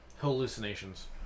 hallucinations